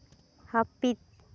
ᱦᱟᱹᱯᱤᱫ